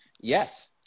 Yes